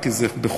כי זה בחוץ,